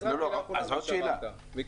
אבל אמר שלושה דברים שלא תמיד הקשיבו: מקצועיות,